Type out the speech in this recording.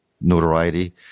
notoriety